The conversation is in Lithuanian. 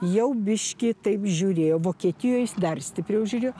jau biškį taip žiūrėjo vokietijoj dar stipriau žiūrėjo